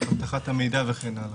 אבטחת המידע וכן הלאה.